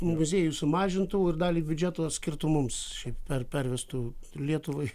muziejų sumažintų ir dalį biudžeto skirtų mums šiaip per pervestų lietuvai